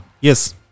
yes